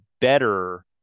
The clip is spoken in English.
better